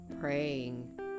praying